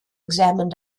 examine